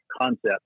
concept